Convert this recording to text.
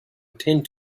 attend